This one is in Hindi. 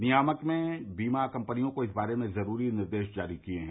नियामक ने बीमा कम्पनियों को इस बारे में ज़रूरी निर्देश जारी किये हैं